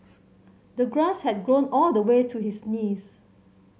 the grass had grown all the way to his knees